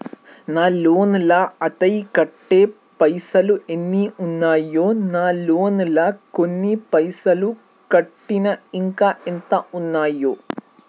నా లోన్ లా అత్తే కట్టే పైసల్ ఎన్ని ఉన్నాయి నా లోన్ లా కొన్ని పైసల్ కట్టిన ఇంకా ఎంత ఉన్నాయి?